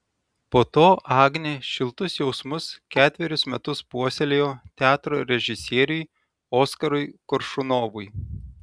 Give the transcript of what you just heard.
po to agnė šiltus jausmus ketverius metus puoselėjo teatro režisieriui oskarui koršunovui